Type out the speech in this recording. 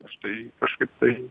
aš tai kažkaip tai